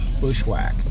bushwhack